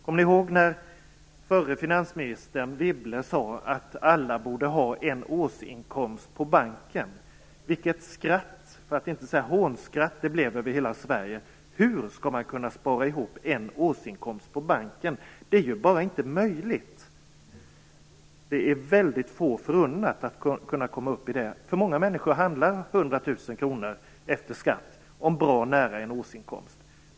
Kommer ni ihåg när den förra finansministern Wibble sade att alla borde ha en årsinkomst på banken? Vilket skratt, för att inte säga hånskratt, det blev över hela Sverige. Hur skall man kunna spara ihop en årsinkomst på banken? Det är ju bara inte möjligt. Det är väldigt få förunnat att kunna komma upp i det. För många människor är 100 000 kr efter skatt bra nära en årsinkomst.